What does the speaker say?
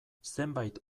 zenbait